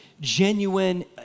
genuine